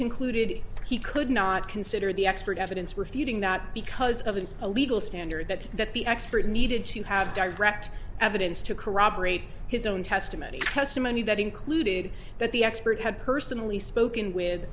concluded he could not consider the expert evidence refuting that because of an a legal standard that that the expert needed to have direct evidence to corroborate his own testimony testimony that included that the expert had personally spoken with